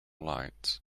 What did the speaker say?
lights